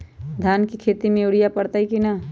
धान के खेती में यूरिया परतइ कि न?